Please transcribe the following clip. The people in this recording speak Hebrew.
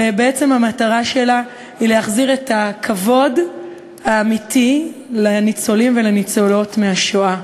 ובעצם המטרה שלה היא להחזיר את הכבוד האמיתי לניצולים ולניצולות מהשואה.